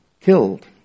killed